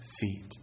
feet